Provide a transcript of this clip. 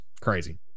crazy